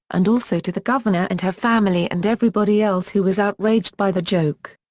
and also to the governor and her family and everybody else who was outraged by the joke.